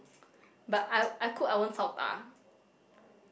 but I I cook I won't chao ta